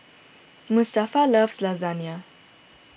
Mustafa loves Lasagne